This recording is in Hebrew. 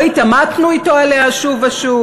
לא התעמתנו אתו עליה שוב ושוב?